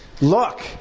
Look